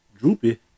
Droopy